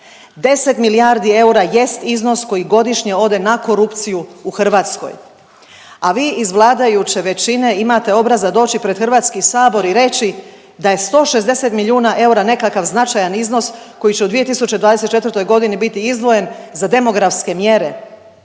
10 milijardi eura jest iznos koji godišnje ode na korupciju u Hrvatskoj, a vi iz vladajuće većine imate obraza doći pred Hrvatski sabor i reći da je 160 milijuna eura nekakav značajan iznos koji će u 2024. godini biti izdvojen za demografske mjere.